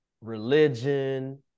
religion